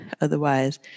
Otherwise